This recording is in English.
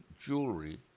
jewelry